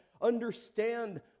understand